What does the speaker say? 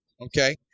okay